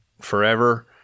forever